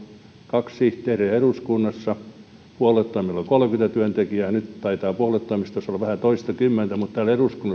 kaksi sihteeriä eduskunnassa puoluetoimistolla meillä oli kolmekymmentä työntekijää nyt taitaa puoluetoimistossa olla vähän toistakymmentä mutta täällä eduskunnassa on